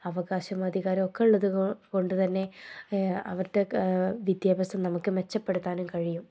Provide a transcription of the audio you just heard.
അവകാശം അധികാരം ഒക്കെയുള്ളത് കൊണ്ട് തന്നെ അവരുടെ വിദ്യാഭ്യാസം നമുക്ക് മെച്ചപ്പെടുത്താനും കഴിയും